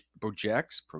projects